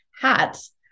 hats